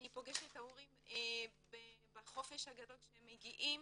אני פוגשת את ההורים בחופש הגדול כשהם מגיעים,